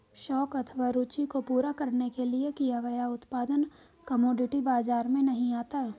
शौक अथवा रूचि को पूरा करने के लिए किया गया उत्पादन कमोडिटी बाजार में नहीं आता